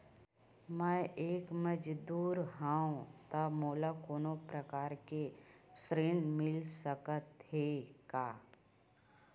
मैं एक मजदूर हंव त मोला कोनो प्रकार के ऋण मिल सकत हे का?